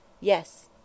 Yes